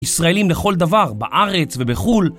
ישראלים לכל דבר, בארץ ובחול